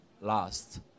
last